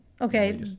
Okay